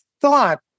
thought